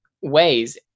ways